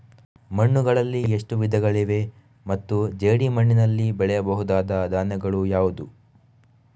ಮಣ್ಣುಗಳಲ್ಲಿ ಎಷ್ಟು ವಿಧಗಳಿವೆ ಮತ್ತು ಜೇಡಿಮಣ್ಣಿನಲ್ಲಿ ಬೆಳೆಯಬಹುದಾದ ಧಾನ್ಯಗಳು ಯಾವುದು?